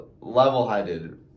level-headed